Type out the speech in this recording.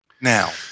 now